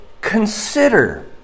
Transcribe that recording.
consider